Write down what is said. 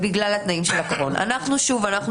הוא